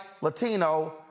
Latino